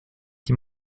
die